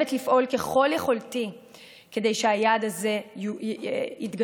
מחויבת לפעול ככל יכולתי כדי שהיעד הזה יתגשם.